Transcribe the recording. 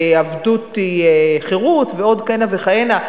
עבדות היא חירות ועוד כהנה וכהנה.